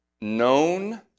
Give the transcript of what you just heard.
known